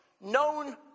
known